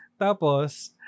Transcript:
Tapos